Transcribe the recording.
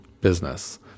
business